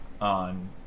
on